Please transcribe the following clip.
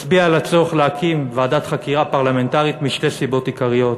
מצביע על הצורך להקים ועדת חקירה פרלמנטרית משתי סיבות עיקריות.